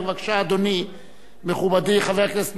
מכובדי חבר הכנסת מיכאל בן-ארי לאחריו,